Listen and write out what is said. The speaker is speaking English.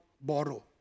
borrow